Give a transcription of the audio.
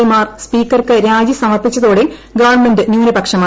A മാർ സ്പീക്കർക്ക് രാജി സമർപ്പിച്ചതോടെ ഗവൺമെന്റ് ന്യൂനപക്ഷമായി